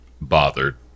bothered